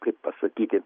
kaip pasakyti